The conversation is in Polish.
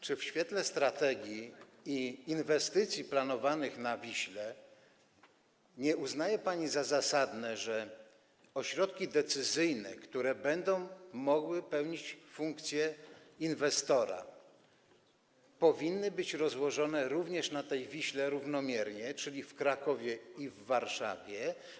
Czy w świetle strategii i planowanych inwestycji na Wiśle nie uznaje pani za zasadne, że ośrodki decyzyjne, które będą mogły pełnić funkcję inwestora, powinny być rozłożone również wzdłuż tej Wisły równomiernie, czyli w Krakowie i Warszawie?